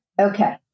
Okay